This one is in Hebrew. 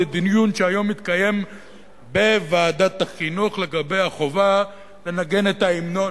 לדיון שהיום התקיים בוועדת החינוך לגבי החובה לנגן את ההמנון.